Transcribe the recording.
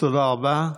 תודה רבה.